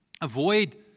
avoid